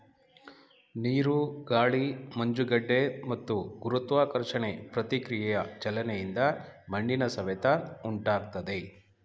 ನೀರು ಗಾಳಿ ಮಂಜುಗಡ್ಡೆ ಮತ್ತು ಗುರುತ್ವಾಕರ್ಷಣೆ ಪ್ರತಿಕ್ರಿಯೆಯ ಚಲನೆಯಿಂದ ಮಣ್ಣಿನ ಸವೆತ ಉಂಟಾಗ್ತದೆ